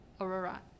Aurora